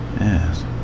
yes